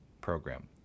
Program